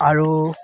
আৰু